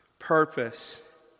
purpose